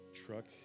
truck